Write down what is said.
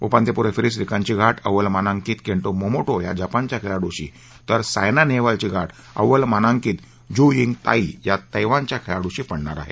उपांत्यपूर्व फेरीत श्रीकांतची गाठ अव्वल मानांकित केंटो मोमोटा या जपानच्या खेळाडूशी तर सायना नेहवालची गाठ अव्वल मानांकित झू यिंग ताई या तैवानच्या खेळाडूशी पडणार आहे